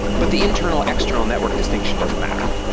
but the internal-external network distinction doesn't matter